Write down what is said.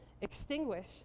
extinguish